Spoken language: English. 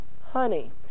honey